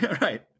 Right